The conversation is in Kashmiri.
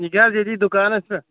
یِکہٕ حظ یِیٚتِی دُکانَس پیٚٹھ